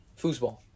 Foosball